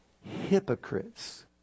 hypocrites